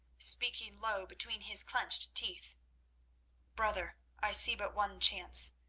speaking low between his clenched teeth brother, i see but one chance.